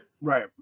Right